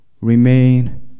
remain